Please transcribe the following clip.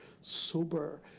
sober